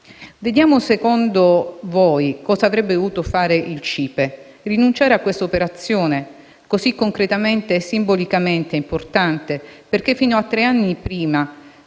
Vediamo secondo voi cosa avrebbe dovuto fare il CIPE: rinunciare a questa operazione, così concretamente e simbolicamente importante, perché fino a tre anni fa